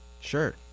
Sure